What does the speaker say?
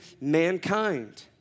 mankind